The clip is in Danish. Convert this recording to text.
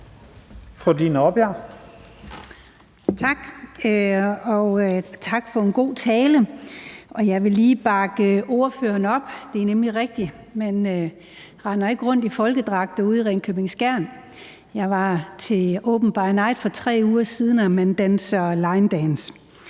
tak for en god tale. Jeg vil lige bakke ordføreren op. Det er nemlig rigtigt, at man ikke render rundt i folkedragter ude i Ringkøbing-Skjern. Jeg var til Open by Night for 3 uger siden, og jeg kan fortælle,